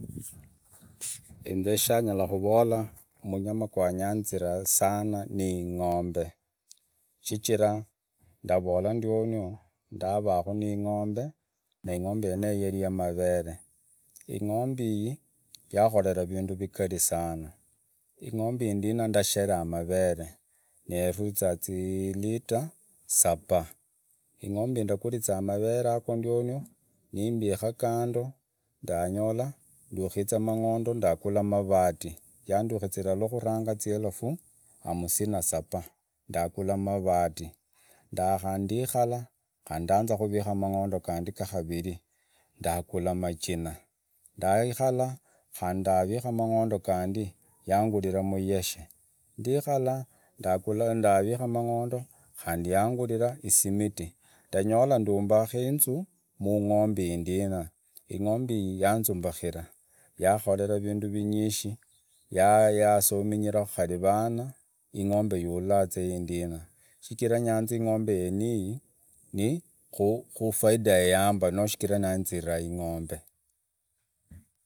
Inze shunyala kuvola munyama gwa nyanzira sana nii ing'ombe, ing'ombe, shichira ndavola ndionio ndavaakhu ni ing'ombe na ingombe yeneyo yari ya mavere, ingombe iyii yakholeraa vindu vigari sana. Ingombe iyii ndina ndasheraa maveree na yarurizaa zilitaa sabaa, ing'ombe ii ndaagurizaa mavere yago ndiono ni mbika kando ndangola ndukhize mang’ondo, ndugula mavatı, yandukiza iwa kuranga zielefu hamsini na saba ndaqula mavati, nda ndikhala khandi ndaanza khurikha mang’ondo gandi ga kariri niingula machina, ndiikhala khandi niimbika mang'ondo gandi yaanguliraa muyeshe ndikhala ndagula ndurikha muung’ombe ii ndina, ingombe ii yaasomenyirakhu khari vana ingombe ya ullaza ii ndina, shichira nyanziraa ingombe yeniyii ni khufaida ya yaamba no shichira nyanziraa ingombe.